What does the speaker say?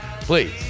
please